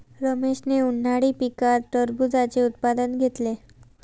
रमेशने उन्हाळी पिकात टरबूजाचे उत्पादन घेतले